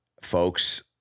Folks